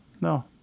no